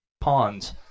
pawns